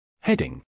Heading